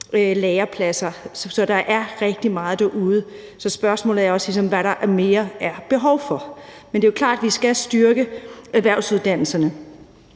lærepladser. Så der er rigtig meget derude, så spørgsmålet er også ligesom, hvad der mere er behov for. Men det er klart, at vi skal styrke erhvervsuddannelserne.